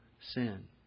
sin